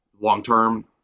long-term